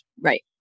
right